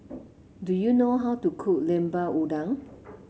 do you know how to cook Lemper Udang